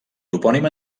topònim